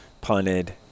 punted